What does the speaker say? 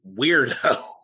weirdo